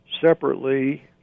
separately